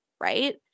right